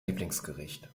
lieblingsgericht